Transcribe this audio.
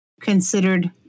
considered